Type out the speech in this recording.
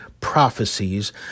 prophecies